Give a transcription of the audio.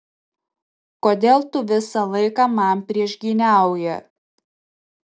kodėl tu visą laiką man priešgyniauji